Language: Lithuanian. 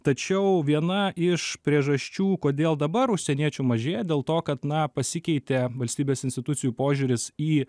tačiau viena iš priežasčių kodėl dabar užsieniečių mažėja dėl to kad na pasikeitė valstybės institucijų požiūris į